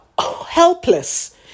helpless